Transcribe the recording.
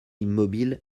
immobile